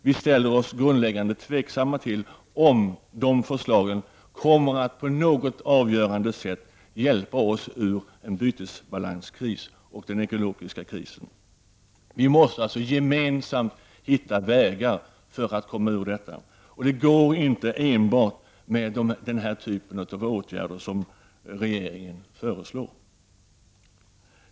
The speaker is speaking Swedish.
Vi ställer oss grundläggande tveksamma till om d förslag på något avgörande sätt kommer att hjälpa oss ur en bytesbalanskris och den ekologiska risken. Vi måste gemensamt hitta vägar för att komma ur krisen. Det går inte enbart med den typ av åtgärder som regeringen föreslår.